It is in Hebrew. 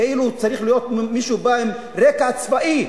כאילו צריך להיות מישהו עם רקע צבאי,